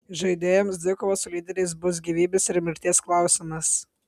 žaidėjams dvikova su lyderiais bus gyvybės ir mirties klausimas